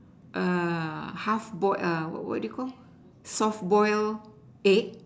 err half boil err what what do you call soft boil egg